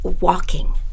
walking